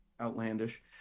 outlandish